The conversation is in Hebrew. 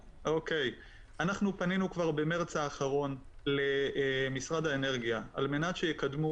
אנחנו פנינו במרץ האחרון למשרד האנרגיה על-מנת שיקדמו